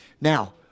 Now